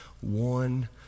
one